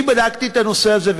אני בדקתי את הנושא הזה,